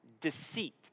deceit